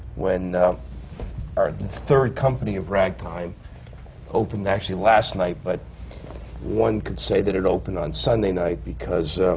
when our third company of ragtime opened, actually last night, but one can say that it opened on sunday night, because